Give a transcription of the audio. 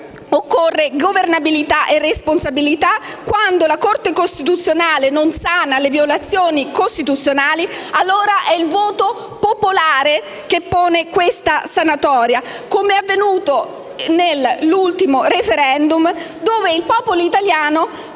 Occorrono governabilità e responsabilità. Quando la Corte costituzionale non sana le violazioni costituzionali, allora è il voto popolare che pone la sanatoria, come è avvenuto nell'ultimo *referendum*, allorquando il popolo italiano ha